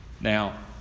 Now